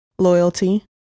Loyalty